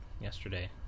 yesterday